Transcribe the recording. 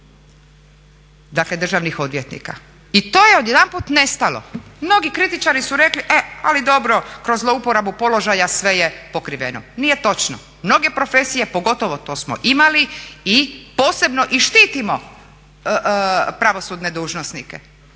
dakle državnih odvjetnika. I to je odjedanput nestalo. Mnogi kritičari su rekli, e ali dobro kroz zlouporabu položaja sve je pokriveno. Nije točno. Mnoge profesije, pogotovo to smo imali i posebno i štitimo pravosudne dužnosnike.